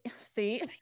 See